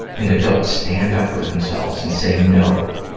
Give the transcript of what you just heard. an adult stand up for themselves and say no.